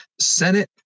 Senate